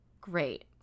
Great